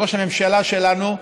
ראש הממשלה שלנו,